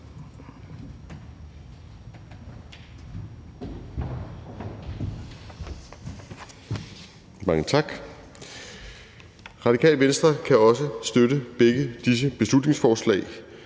Mange tak. Radikale Venstre kan også støtte begge beslutningsforslag,